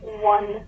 one